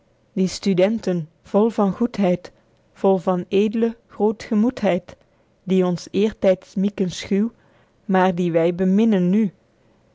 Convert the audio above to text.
die studenten vol van goedheid vol van eedle grootgemoedheid die ons eertyds mieken schuw maer die wy beminnen nu